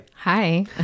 Hi